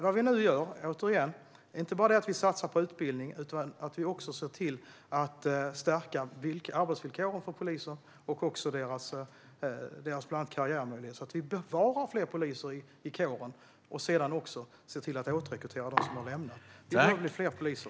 Vad vi nu gör är inte bara att vi satsar på utbildning, utan vi ser också till att förbättra arbetsvillkoren för poliser och deras karriärmöjligheter, så att vi behåller fler poliser i kåren och också kan återrekrytera dem som lämnat yrket. Vi behöver fler poliser.